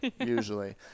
usually